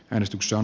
menestyksen